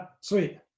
sweet